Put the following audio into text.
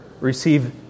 receive